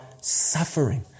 suffering